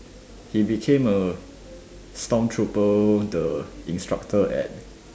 he became a storm trooper the instructor at